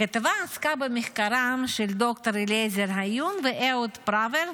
הכתבה עסקה במחקרם של ד"ר אליעזר היון ואהוד פראוור,